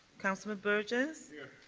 councilman burgess. here.